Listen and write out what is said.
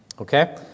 Okay